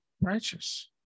righteous